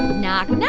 knock knock